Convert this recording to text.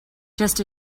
just